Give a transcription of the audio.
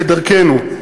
כדרכנו.